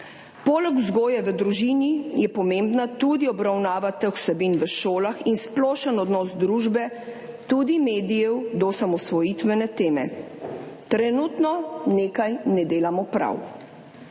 Poleg vzgoje v družini je pomembna tudi obravnava teh vsebin v šolah in splošen odnos družbe, tudi medijev, do osamosvojitvene teme. Trenutno nečesa ne delamo prav.